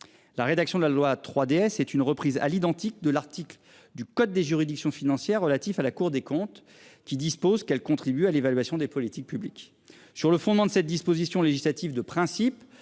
La rédaction de la loi 3DS est une reprise à l'identique de l'article du code des juridictions financières relatifs à la Cour des comptes qui dispose qu'elle contribue à l'évaluation des politiques publiques sur le fondement de cette disposition législative de principe